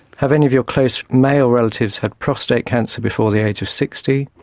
have any of your close male relatives had prostate cancer before the age of sixty?